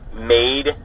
made